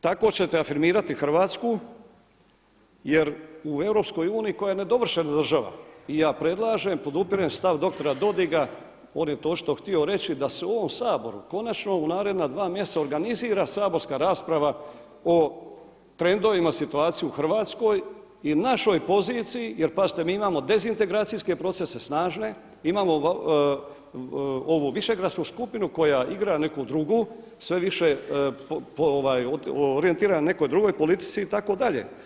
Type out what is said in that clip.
Tako ćete afirmirati Hrvatsku jer u EU koja je nedovršena država i ja predlažem i podupirem stav dr. Dodiga on je to očito htio reći da se u ovom Saboru konačno u naredna dva mjeseca organizira saborska rasprava o trendovima situacije u Hrvatskoj i našoj poziciji, jer pazite mi imamo dezintegracijske procese snažne, imamo ovu Višegradsku skupinu koja igra neku drugu sve više je orijentirana nekoj drugoj politici itd.